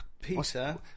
Peter